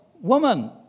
woman